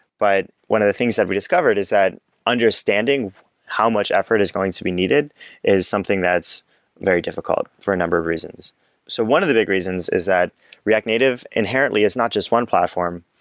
but one of the things that we discovered is that understanding how much effort is going to be needed is something that's very difficult for a number of reasons so one of the big reasons is that react native inherently is not just one platform.